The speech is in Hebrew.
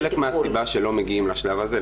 אבל חלק מהסיבה שלא מגיעים לשלב הזה,